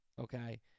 okay